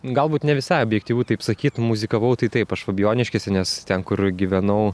galbūt ne visai objektyvu taip sakyt muzikavau tai taip aš fabijoniškėse nes ten kur gyvenau